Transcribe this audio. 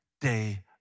day